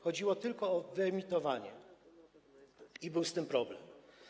Chodziło tylko o wyemitowanie i był z tym problem.